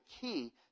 key